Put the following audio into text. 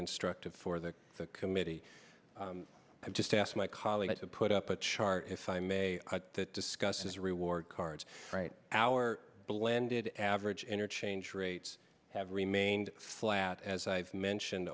instructive for the committee i've just asked my colleagues to put up a chart if i may that discusses reward cards right our blended average interchange rates have remained flat as i've mentioned